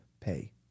pay